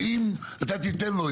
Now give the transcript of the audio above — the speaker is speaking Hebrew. שאם אתה תיתן לו,